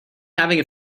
having